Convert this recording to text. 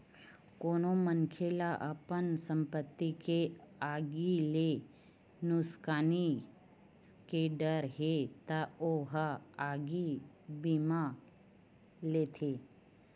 कोनो मनखे ल अपन संपत्ति के आगी ले नुकसानी के डर हे त ओ ह आगी बीमा लेथे